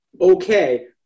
Okay